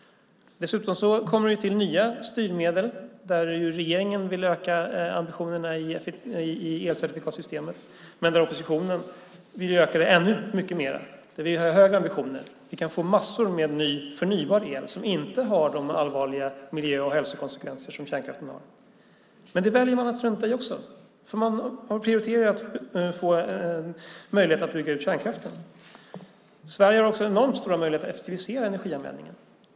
Dessutom kommer det till nya styrmedel, där regeringen vill öka ambitionerna när det gäller elcertifikatssystemet. Oppositionen har högre ambitioner och vill öka det ännu mer. Vi kan få massor med förnybar el som inte har de allvarliga miljö och hälsokonsekvenser som kärnkraften har. Men det väljer man också att strunta i, för man har prioriterat möjligheten att bygga ut kärnkraften. Sverige har också enorma möjligheter att effektivisera energianvändningen.